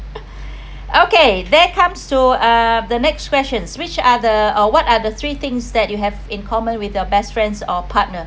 okay there comes to uh the next questions which are the or what are the three things that you have in common with your best friends or partner